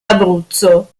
abruzzo